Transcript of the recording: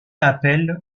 appel